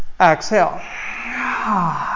exhale